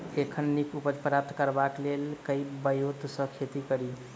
एखन नीक उपज प्राप्त करबाक लेल केँ ब्योंत सऽ खेती कड़ी?